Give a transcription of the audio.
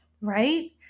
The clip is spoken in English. right